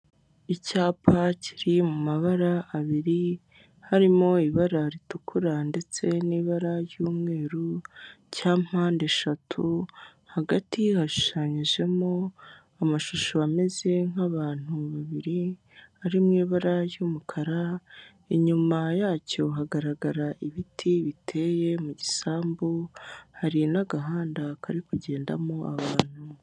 Icyapa kiri mu mabara abiri, harimo ibara ritukura ndetse n'ibara ry'umweru cya mpande eshatu, hagati hashushanyijemo amashusho ameze nk'abantu babiri ari mu ibara ry'umukara, inyuma yacyo hagaragara ibiti biteye mu gisambu, hari n'agahanda kari kugendamo abantu.